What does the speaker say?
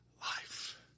Life